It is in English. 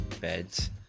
beds